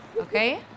Okay